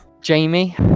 Jamie